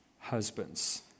husbands